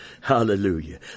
Hallelujah